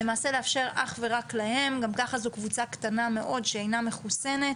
למעשה לאפשר אך ורק להם גם ככה זו קבוצה קטנה מאוד שאינה מחוסנת,